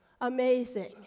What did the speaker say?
Amazing